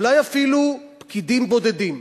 אולי אפילו פקידים בודדים,